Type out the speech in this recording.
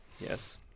yes